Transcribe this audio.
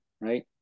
right